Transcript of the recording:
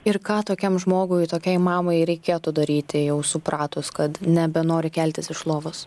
ir ką tokiam žmogui tokiai mamai reikėtų daryti jau supratus kad nebenori keltis iš lovos